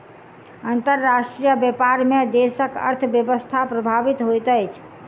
अंतर्राष्ट्रीय व्यापार में देशक अर्थव्यवस्था प्रभावित होइत अछि